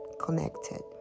connected